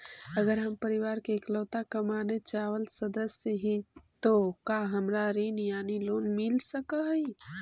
अगर हम परिवार के इकलौता कमाने चावल सदस्य ही तो का हमरा ऋण यानी लोन मिल सक हई?